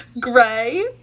Gray